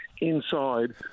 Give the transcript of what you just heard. inside